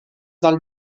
del